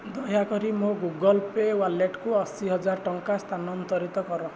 ଦୟାକରି ମୋ Google pay' ୱାଲେଟକୁ ଅଶୀ ହଜାର ଟଙ୍କା ସ୍ଥାନାନ୍ତରିତ କର